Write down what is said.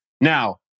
Now